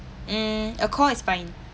mm a call is fine